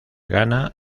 gana